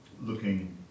looking